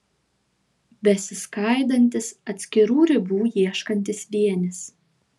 besiskaidantis atskirų ribų ieškantis vienis